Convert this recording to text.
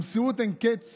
במסירות אין-קץ